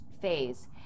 phase